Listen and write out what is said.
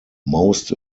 most